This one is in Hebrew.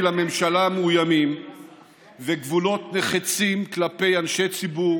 לממשלה מאוימים וגבולות נחצים כלפי אנשי ציבור